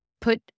Put